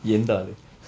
எந்த ஆளு:entha aalu